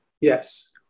Yes